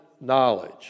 knowledge